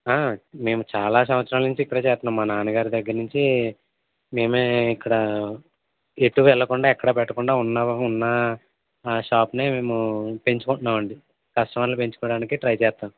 మేము చాలా సంవత్సరాల నుంచి ఇక్కడే చేత్తన్నాం మా నాన్న గారి దగ్గరి నించి మేమే ఇక్కడా ఎటూ వెళ్ళకుండా ఎక్కడా పెట్టకుండా ఉన్న ఉన్నా షాప్నే మేము పెంచుకుంటున్నామండి కస్టమర్లు పెంచుకోవడానికి ట్రై చేస్తాం